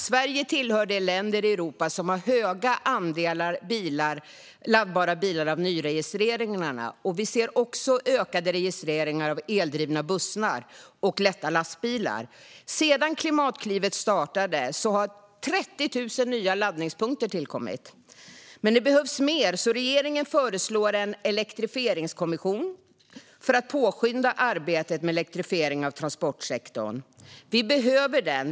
Sverige tillhör de länder i Europa där en hög andel av nyregistreringarna är laddbara bilar. Vi ser också ett ökat antal registreringar av eldrivna bussar och lätta lastbilar. Sedan Klimatklivet startade har 30 000 nya laddpunkter tillkommit. Men det behövs mer, så regeringen föreslår en elektrifieringskommission för att påskynda arbetet med elektrifieringen av transportsektorn. Vi behöver den.